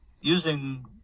using